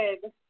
good